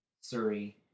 Surrey